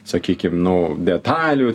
sakykim nu detalių